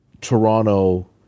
Toronto